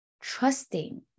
trusting